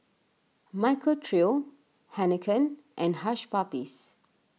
Michael Trio Heinekein and Hush Puppies